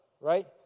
right